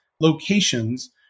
locations